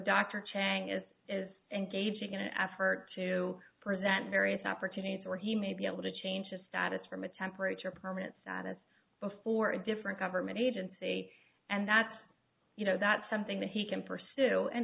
dr chang is is engaging in an effort to present various opportunities where he may be able to change the status from a temperature permanent status before a different government agency and that's you know that's something that he can pursue and